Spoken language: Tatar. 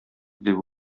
дип